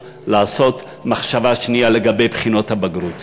לעשות מחשבה שנייה לגבי בחינות הבגרות.